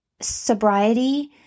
sobriety